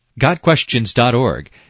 GodQuestions.org